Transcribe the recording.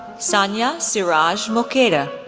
saniya siraj mukhida,